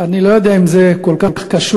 אני לא יודע אם זה כל כך קשור,